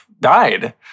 died